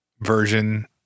version